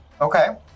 Okay